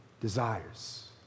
desires